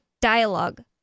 Dialogue